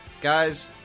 guys